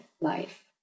life